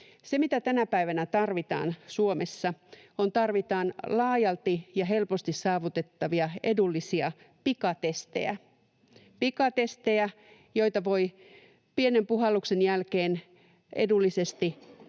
Suomessa tänä päivänä tarvitaan? Tarvitaan laajalti ja helposti saavutettavia edullisia pikatestejä, pikatestejä, joita voi tehdä edullisesti ja